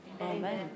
amen